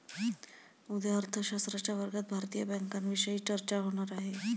उद्या अर्थशास्त्राच्या वर्गात भारतीय बँकांविषयी चर्चा होणार आहे